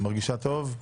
את מרגישה טוב?